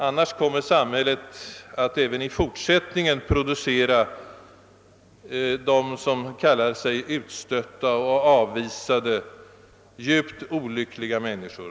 Annars kommer samhället även i fortsättningen att producera sådana som kallar sig utstötta och avvisade, d.v.s. djupt olyckliga människor.